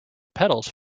petals